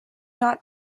not